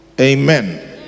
amen